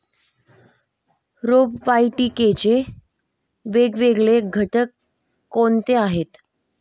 रोपवाटिकेचे वेगवेगळे घटक कोणते आहेत?